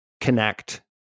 connect